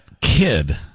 kid